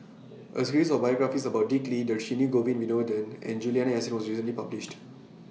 A series of biographies about Dick Lee Dhershini Govin Winodan and Juliana Yasin was recently published